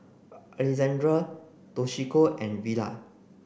Alejandra Toshiko and Villa